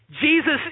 Jesus